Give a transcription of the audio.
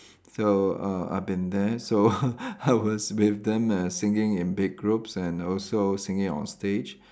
so uh I've been there so I was with them err singing in big groups and also singing on stage